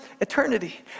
Eternity